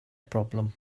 problem